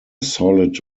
solid